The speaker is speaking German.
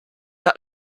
hat